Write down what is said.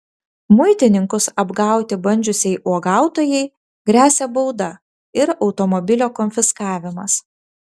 muitininkus apgauti bandžiusiai uogautojai gresia bauda ir automobilio konfiskavimas